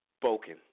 Spoken